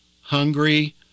Hungry